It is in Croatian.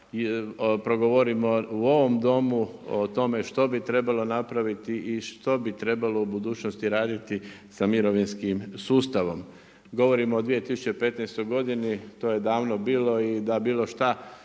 da progovorimo u ovom Domu o tome što bi trebalo napraviti i što bi trebalo u budućnosti raditi sa mirovinskim sustavom. Govorimo o 2015. godini, to je davno bilo i da bilo što